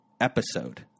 episode